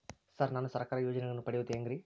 Sir ನಾನು ಸರ್ಕಾರ ಯೋಜೆನೆಗಳನ್ನು ಪಡೆಯುವುದು ಹೆಂಗ್ರಿ?